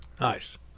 Nice